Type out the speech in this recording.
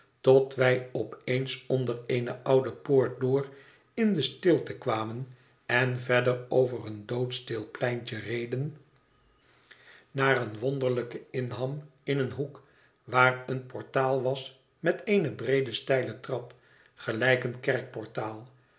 tot wij op eens onder eene oude poort door in de stilte kwamen en verder over een doodstil pleintje reden naar een wonderlijken inham in een hoek waar een portaal was met eene breede stijle trap gelijk een